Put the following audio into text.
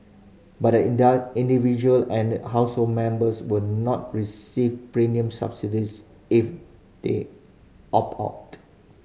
but the individual and household members will not receive premium subsidies if they opt out